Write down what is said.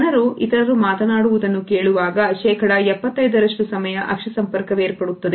ಜನರು ಇತರರು ಮಾತನಾಡುವುದನ್ನು ಕೇಳುವಾಗ ಶೇಕಡ 75ರಷ್ಟು ಸಮಯ ಅಕ್ಷಿ ಸಂಪರ್ಕವೇರ್ಪಡುತ್ತದೆ